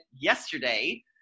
yesterday